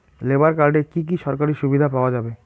Labour কার্ডে কি কি সরকারি সুবিধা পাওয়া যাবে?